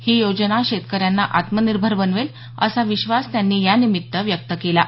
ही योजना शेतकऱ्यांना आत्मनिर्भर बनवेल असा विश्वास त्यांनी यानिमित्त व्यक्त केला आहे